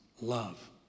love